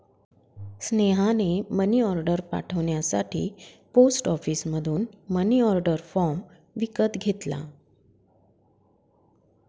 स्नेहाने मनीऑर्डर पाठवण्यासाठी पोस्ट ऑफिसमधून मनीऑर्डर फॉर्म विकत घेतला